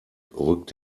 rückt